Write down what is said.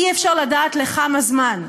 אי-אפשר לדעת לכמה זמן.